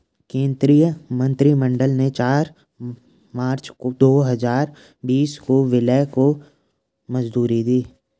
केंद्रीय मंत्रिमंडल ने चार मार्च दो हजार बीस को विलय को मंजूरी दी